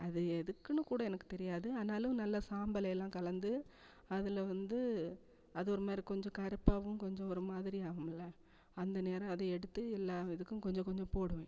அது எதுக்குன்னு கூட எனக்கு தெரியாது ஆனாலும் நல்ல சாம்பலையெல்லாம் கலந்து அதில் வந்து அது ஒரு மாதிரி கொஞ்சம் கருப்பாகவும் கொஞ்சம் ஒரு மாதிரி ஆகுமில்ல அந்த நேரம் அதை எடுத்து எல்லா இதுக்கும் கொஞ்சம் கொஞ்சம் போடுவேன்